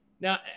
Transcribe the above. Now